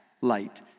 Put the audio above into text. light